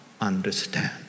understand